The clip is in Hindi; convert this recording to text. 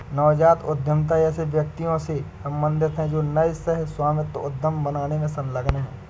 नवजात उद्यमिता ऐसे व्यक्तियों से सम्बंधित है जो नए सह स्वामित्व उद्यम बनाने में संलग्न हैं